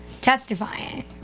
testifying